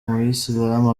umuyisilamu